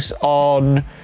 on